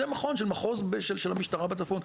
זה מכון של מחוז - של המשטרה בצפון,